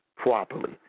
properly